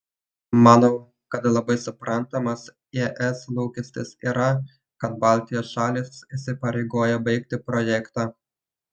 manau kad labai suprantamas es lūkestis yra kad baltijos šalys įsipareigoja baigti projektą